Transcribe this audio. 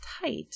tight